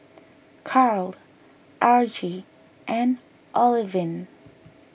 Carl Argie and Olivine